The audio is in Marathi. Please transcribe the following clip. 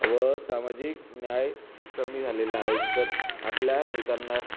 व सामाजिक न्याय कमी झालेला आहे तर आपल्या नेत्यांना